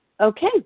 Okay